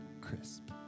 crisp